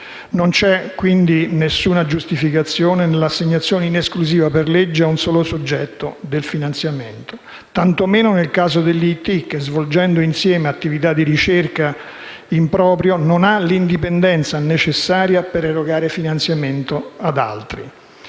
Non c'è quindi alcuna giustificazione nell'assegnazione in esclusiva per legge a un solo soggetto del finanziamento, tanto meno nel caso dell'IIT che, svolgendo insieme attività di ricerca in proprio, non ha l'indipendenza necessaria per erogare finanziamenti ad altri: